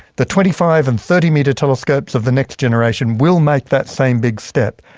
the twenty five and thirty metre telescopes of the next generation will make that same big step.